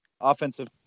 offensive